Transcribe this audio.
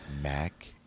Mac